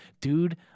Dude